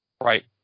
Right